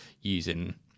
using